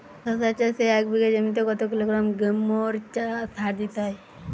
শশা চাষে এক বিঘে জমিতে কত কিলোগ্রাম গোমোর সার দিতে হয়?